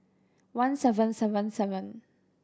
one seven seven seven